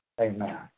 Amen